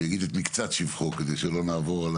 אני אגיד את מקצת שבחו כדי שלא נעבור על